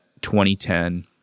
2010